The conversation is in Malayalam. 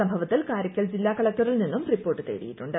സംഭവത്തിൽ കാരയ്ക്കൽ ജില്ലാ കളക്ടറിൽ നിന്നും റിപ്പോർട്ട് തേടിയിട്ടുണ്ട്